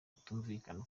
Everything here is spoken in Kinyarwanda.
kutumvikana